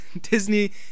Disney